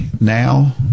now